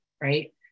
right